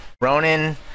Ronan